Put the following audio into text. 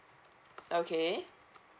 okay